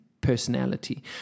Personality